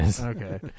Okay